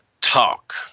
talk